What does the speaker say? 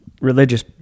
religious